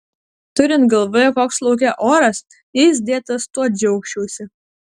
turint galvoje koks lauke oras jais dėtas tuo džiaugčiausi